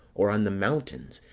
or on the mountains,